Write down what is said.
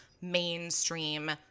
mainstream